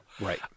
Right